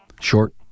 Short